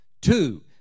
Two